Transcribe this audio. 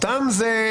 אותו זה,